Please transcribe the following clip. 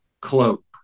cloak